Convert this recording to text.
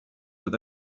with